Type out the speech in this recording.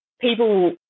people